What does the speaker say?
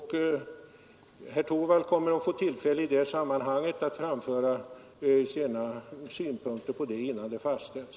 Herr Torwald kommer i det sammanhanget att få tillfälle att framföra sina synpunkter på de namn, som berör honom själv, innan de fastställes.